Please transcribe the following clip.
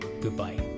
goodbye